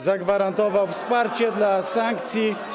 Zagwarantował wsparcie dla sankcji.